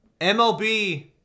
MLB